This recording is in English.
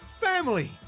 family